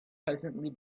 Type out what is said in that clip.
presently